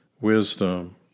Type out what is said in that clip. wisdom